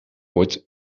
wordt